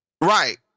Right